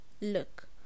look